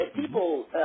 people